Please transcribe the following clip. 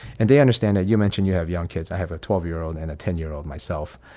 and they understand that. you mentioned you have young kids. i have a twelve year old and a ten year old myself.